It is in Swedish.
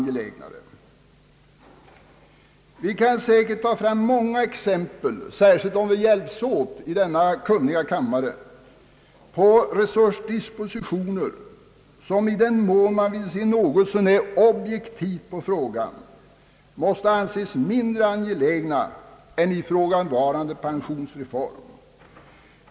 Om vi hjälps åt i denna kunniga kammare kan vi säkert ta fram många exempel på dispositioner av resurser vil ka, i den mån man vill se någorlunda objektivt på frågan, måste anses mindre angelägna än ifrågavarande pensionsreform.